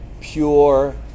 pure